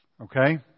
Okay